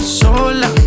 sola